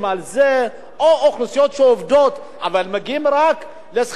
או אוכלוסיות שעובדות אבל מגיעות לשכר מינימום בלבד,